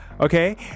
Okay